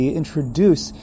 introduce